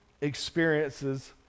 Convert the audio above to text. experiences